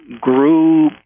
grew